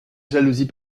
jalousie